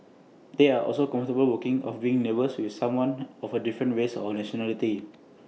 they are also comfortable working or being neighbours with someone of A different race or nationality